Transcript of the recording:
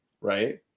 right